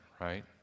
right